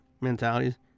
mentalities